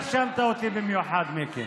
לא הרשמת אותי במיוחד, מיקי.